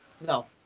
No